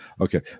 Okay